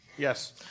Yes